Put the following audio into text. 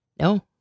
No